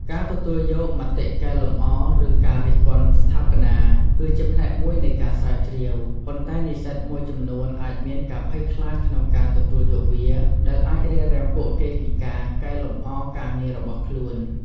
ការទទួលយកមតិកែលម្អ ឬការរិះគន់ស្ថាបនា គឺជាផ្នែកមួយនៃការស្រាវជ្រាវ ប៉ុន្តែនិស្សិតមួយចំនួនអាចមានការភ័យខ្លាចក្នុងការទទួលយកវា ដែលអាចរារាំងពួកគេពីការកែលម្អការងាររបស់ខ្លួន។